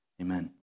Amen